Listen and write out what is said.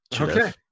Okay